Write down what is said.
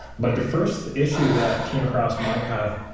but, the first issue that came across my path,